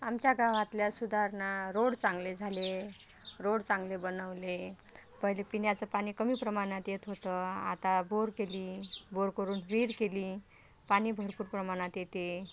आमच्या गावातल्या सुधारणा रोड चांगले झाले रोड चांगले बनवले पहिले पिण्याचं पाणी कमी प्रमाणात येत होतं आता बोर केली बोर करून विहीर केली पाणी भरपूर प्रमाणात येते